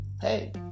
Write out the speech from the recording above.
hey